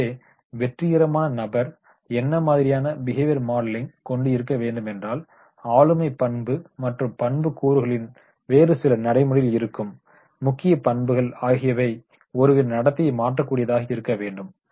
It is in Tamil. எனவே வெற்றிகரமான நபர் என்ன மாதிரியான பிஹேவியர் மாடலிங் கொண்டு இருக்க வேண்டுமென்றால் ஆளுமைப் பண்பு மற்றும் பண்புக் கூறுகளின் வேறு சில நடைமுறையில் இருக்கும் முக்கிய பண்புகள் ஆகியவை ஒருவரின் நடத்தையை மாற்றக்கூடியதாக இருக்க வேண்டும்